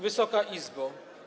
Wysoka Izbo!